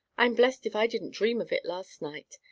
i'm blest if i didn't dream of it last night!